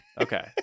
Okay